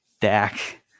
Dak